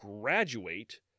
graduate